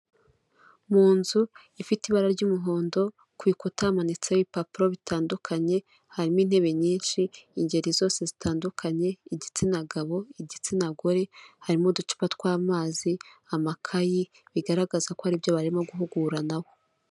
Mu nzu ifite ibara ry'umuhondo ku bikuta hamanitseho ibipapuro bitandukanye, harimo intebe nyinshi, ingeri zose zitandukanye igitsina gabo, igitsina gore, harimo uducupa tw'amazi, amakayi bigaragaza ko hari ibyo bari barimo guhuguranaho.